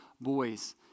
boys